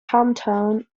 hometown